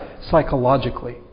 psychologically